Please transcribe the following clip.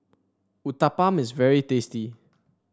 uthapam is very tasty